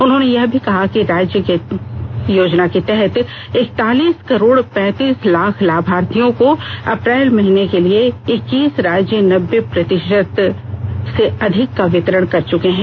उन्होंने यह भी कहा कि योजना के तहत इकतालीस करोड़ पैंतीस लाख लाभार्थियों को अप्रैल महीने के लिए इक्कीस राज्य नब्बे प्रतिशत से अधिक का वितरण कर चुके हैं